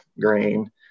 grain